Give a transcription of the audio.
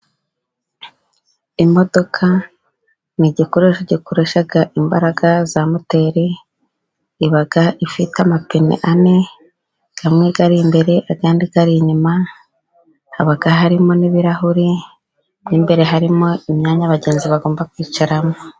Imodoka ni igikoresho gikoresha imbaraga za moteri. Iba ifite amapine ane, amwe ari imbere, andi ari inyuma, haba harimo n'ibirahuri by'imbere, harimo imyanya abagenzi bagomba kwicaramo.